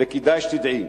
כדאי שתדעי,